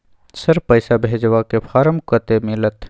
Sir, पैसा भेजबाक form कत्ते मिलत?